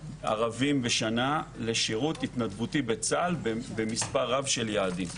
ערבים בשנה לשירות התנדבותי בצה"ל במספר רב של יעדים.